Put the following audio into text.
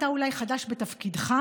אתה אולי חדש בתפקידך,